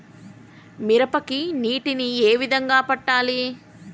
మిరపకి నీటిని ఏ విధంగా పెట్టాలి?